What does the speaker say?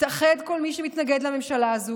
נתאחד כל מי שמתנגד לממשלה הזו,